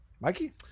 Mikey